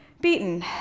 beaten